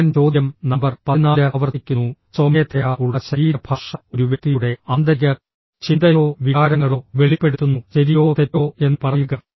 ഞാൻ ചോദ്യം നമ്പർ 14 ആവർത്തിക്കുന്നു സ്വമേധയാ ഉള്ള ശരീരഭാഷ ഒരു വ്യക്തിയുടെ ആന്തരിക ചിന്തയോ വികാരങ്ങളോ വെളിപ്പെടുത്തുന്നു ശരിയോ തെറ്റോ എന്ന് പറയുക